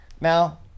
Now